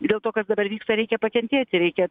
dėl to kas dabar vyksta reikia pakentėti reikia